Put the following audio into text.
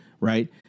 right